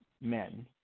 men